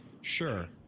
Sure